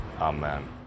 Amen